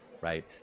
right